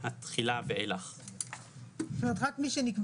אבל במקביל מורידים את כלל הנכות למי שיש לו ליקוי אחד,